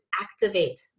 activate